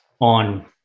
on